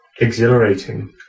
exhilarating